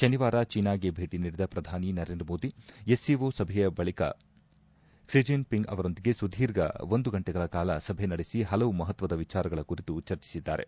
ಶನಿವಾರ ಚೀನಾಗೆ ಭೇಟಿ ನೀಡಿದ ಪ್ರಧಾನಿ ನರೇಂದ್ರ ಮೋದಿ ಎಸ್ ಸಿಒ ಸಭೆಯ ವೇಳೆ ಕ್ಷಿ ಜಿನ್ ಪಿಂಗ್ ಅವರೊಂದಿಗೆ ಸುದೀರ್ಘ ಒಂದು ಗಂಟೆಗಳ ಕಾಲ ಸಭೆ ನಡೆಸಿ ಹಲವು ಮಹತ್ವದ ವಿಚಾರಗಳ ಕುರಿತು ಚರ್ಚಿಸಿದ್ದಾರೆ